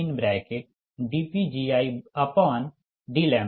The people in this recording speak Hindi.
तो i12dPgidλ5358